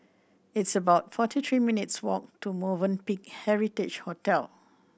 it's about forty three minutes' walk to Movenpick Heritage Hotel